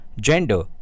gender